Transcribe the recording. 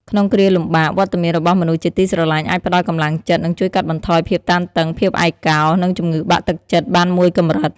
ក្នុងគ្រាលំបាក វត្តមានរបស់មនុស្សជាទីស្រឡាញ់អាចផ្តល់កម្លាំងចិត្ត និងជួយកាត់បន្ថយភាពតានតឹង ភាពឯកោ និងជំងឺបាក់ទឹកចិត្តបានមួយកម្រិត។